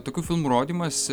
tokių filmų rodymas